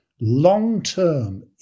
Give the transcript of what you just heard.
long-term